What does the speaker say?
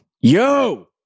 yo